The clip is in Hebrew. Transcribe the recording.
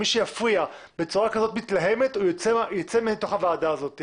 מי שיפריע בצורה כזאת מתלהמת הוא יוצא מתוך הוועדה הזאתי.